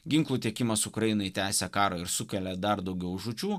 ginklų tiekimas ukrainai tęsia karą ir sukelia dar daugiau žūčių